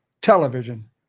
television